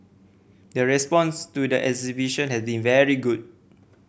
the response to the exhibition has been very good